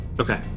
Okay